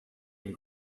and